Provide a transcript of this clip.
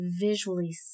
visually